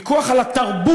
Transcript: ויכוח על התרבות,